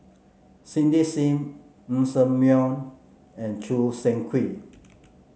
Cindy Sim Ng Ser Miang and Choo Seng Quee